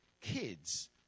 Kids